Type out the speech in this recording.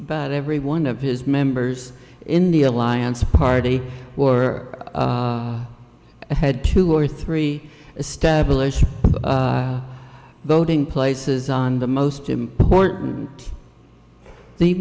and every one of his members in the alliance party were ahead two or three established voting places on the most important the